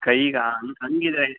ಕೈಗಾ ಹಾಗಿದ್ರೆ